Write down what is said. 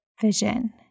vision